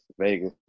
Vegas